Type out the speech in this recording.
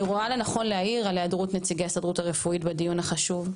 אני רואה לנכון להעיר על היעדרות נציגי ההסתדרות הרפואית בדיון החשוב.